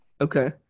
Okay